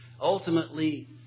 Ultimately